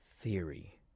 Theory